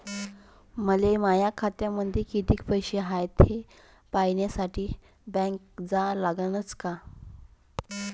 मले माया खात्यामंदी कितीक पैसा हाय थे पायन्यासाठी बँकेत जा लागनच का?